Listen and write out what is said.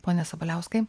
pone sabaliauskai